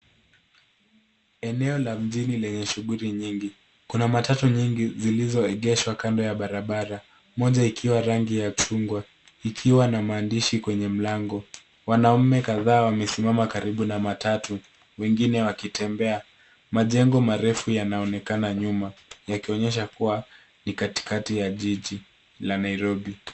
Eneo la mjini lenye shughuli nyingi. Kuna matatu nyingi zilizoegeshwa kando barabara, moja ikiwa rangi ya chungwa ikiwa na maandishi kwenye mlango. Wanaume kadhaa wamesimama karibu na matatu wengine wakitembea. Majengo marefu yanaonekana nyuma yakionyesha kuwa ni katikati ya jiji la Nairobi.